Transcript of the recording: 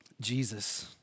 Jesus